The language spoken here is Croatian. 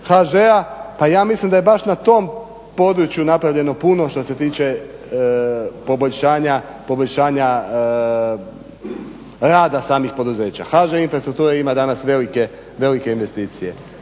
HŽ-a, pa ja mislim da je baš na tom području napravljeno puno što se tiče poboljšanja rada samih poduzeća. HŽ infrastruktura ima danas velike investicije.